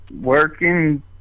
working